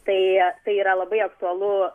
tai tai yra labai aktualu